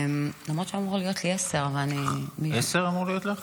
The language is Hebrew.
למרות שאמורות להיות לי עשר דקות --- עשר אמורות להיות לך?